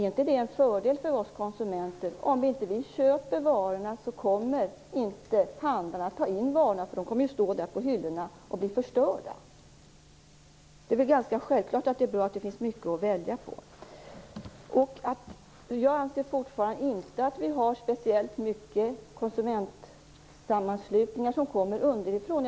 Är det inte en fördel för oss konsumenter? Om vi inte köper varorna, kommer inte handlarna att ta in varorna därför att de då kommer att stå på hyllorna och bli förstörda. Det är väl ganska självklart att det är bra att det finns mycket att välja på. Jag anser fortfarande inte att vi har speciellt många konsumentsammanslutningar som kommer underifrån.